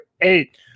eight